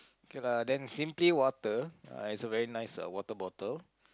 okay lah then simply water uh is a very nice water bottle